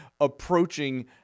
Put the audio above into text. approaching